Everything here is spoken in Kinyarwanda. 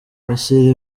bashyira